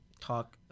talk